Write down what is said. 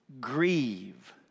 grieve